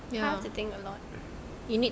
you have to think a lot